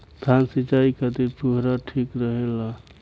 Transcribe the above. धान सिंचाई खातिर फुहारा ठीक रहे ला का?